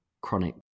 chronic